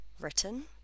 written